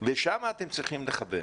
ושם אתם צריכים לכוון.